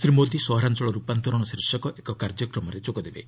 ଶ୍ରୀ ମୋଦି ସହରାଞ୍ଚଳ ରୂପାନ୍ତରଣ ଶୀର୍ଷକ ଏକ କାର୍ଯ୍ୟକ୍ରମରେ ଯୋଗ ଦେବେ